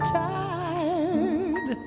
tired